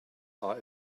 are